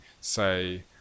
say